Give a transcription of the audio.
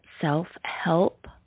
self-help